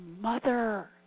mother